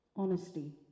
Honesty